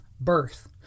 birth